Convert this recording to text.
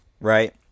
Right